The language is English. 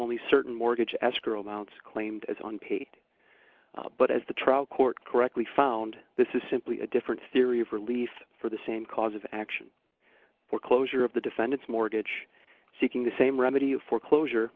only certain mortgage escrow mts claimed as on pay but as the trial court correctly found this is simply a different theory of relief for the same cause of action for closure of the defendant's mortgage seeking the same remedy of foreclosure